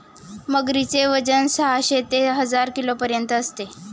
मगरीचे वजन साहशे ते हजार किलोपर्यंत असते